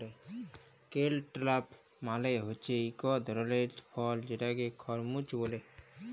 cantaloupe melon হছে ইক ধরলের ফল যেটাকে খরমুজ ব্যলে